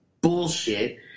bullshit